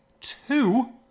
Two